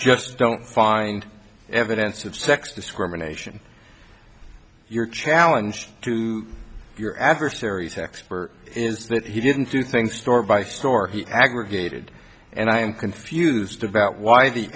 just don't find evidence of sex discrimination your challenge to your adversary's expert is that he didn't do things store by store he aggregated and i am confused about